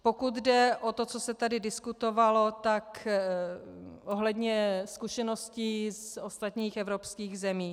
Pokud jde o to, co se tady diskutovalo ohledně zkušeností z ostatních evropských zemí.